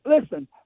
listen